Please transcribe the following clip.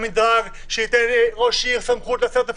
למדרג שייתן לראש עיר סמכות ל-10,000,